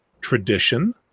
tradition